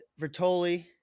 Vertoli